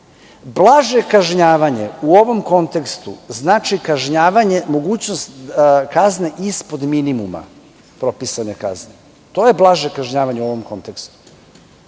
Blaže kažnjavanje u ovom kontekstu znači kažnjavanje, mogućnost kazne ispod minimuma propisane kazne. To je blaže kažnjavanje u ovom kontekstu.